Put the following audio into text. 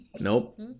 Nope